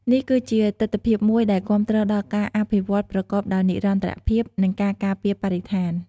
នេះគឺជាទិដ្ឋភាពមួយដែលគាំទ្រដល់ការអភិវឌ្ឍប្រកបដោយនិរន្តរភាព និងការការពារបរិស្ថាន។